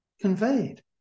conveyed